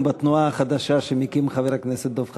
בתנועה החדשה שמקים חבר הכנסת דב חנין.